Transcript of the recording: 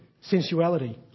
sensuality